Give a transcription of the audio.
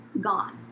gone